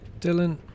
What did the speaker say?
Dylan